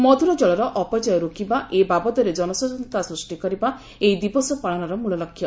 ମଧୁର ଜଳର ଅପଚୟ ରୋକିବା ଏ ବାବଦରେ ଜନସଚେତନତା ସୂଷ୍ଟି କରିବା ଏହି ଦିବସ ପାଳନର ମୂଳଲକ୍ଷ୍ୟ